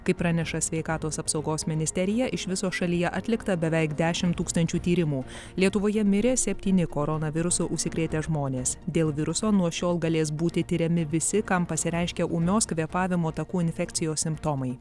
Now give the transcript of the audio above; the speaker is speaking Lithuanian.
kaip praneša sveikatos apsaugos ministerija iš viso šalyje atlikta beveik dešim tūkstančių tyrimų lietuvoje mirė septyni koronavirusu užsikrėtę žmonės dėl viruso nuo šiol galės būti tiriami visi kam pasireiškia ūmios kvėpavimo takų infekcijos simptomai